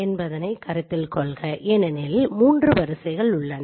என்பதனை கருத்தில் கொள்க ஏனெனில் 3 வரிசைகள் உள்ளன